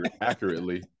accurately